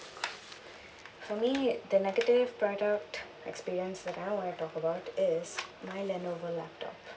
for me the negative product experience that I want to talk about is my Lenovo laptop